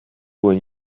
when